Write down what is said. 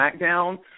SmackDown